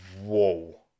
whoa